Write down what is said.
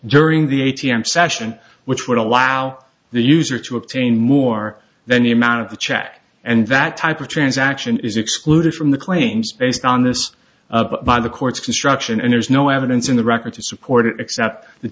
during the a t m session which would allow the user to obtain more than the amount of the check and that type of transaction is excluded from the claims based on this by the court's construction and there's no evidence in the record to support it except th